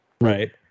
Right